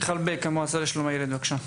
מיטל בק, מהמועצה לשלום הילד, בבקשה.